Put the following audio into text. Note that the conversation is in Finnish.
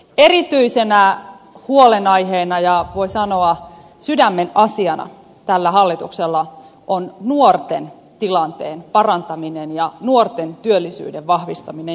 erityisenä huolenaiheena ja voi sanoa sydämen asiana tällä hallituksella on nuorten tilanteen parantaminen ja nuorten työllisyyden vahvistaminen